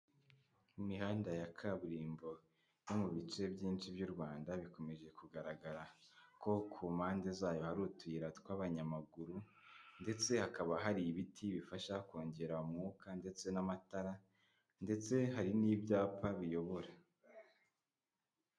Imihanda ya kaburimbo no mu bice byinshi by'u Rwanda bikomeje kugaragara ko ku mpande zayo hari utuyira tw'abanyamaguru ndetse hakaba hari ibiti bifasha kongera umwuka ndetse n'amatara ndetse hari n'ibyapa biyobora.